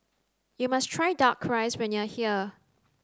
you must try duck rice when you are here